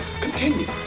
continue